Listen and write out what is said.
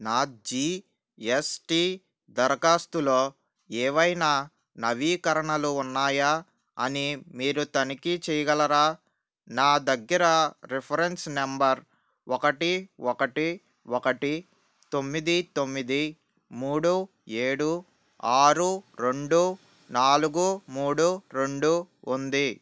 నా G S T దరఖాస్తులో ఏవైనా నవీకరణలు ఉన్నాయా అని మీరు తనిఖీ చెయగలరా నా దగ్గర రిఫరెన్స్ నంబర్ ఒకటి ఒకటి ఒకటి తొమ్మిది తొమ్మిది మూడు ఏడు ఆరు రెండు నాలుగు మూడు రెండు ఉంది